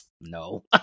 no